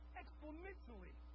exponentially